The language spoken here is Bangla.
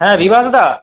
হ্যাঁ বিভাসদা